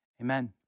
amen